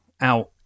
out